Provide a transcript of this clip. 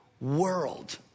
world